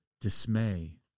dismay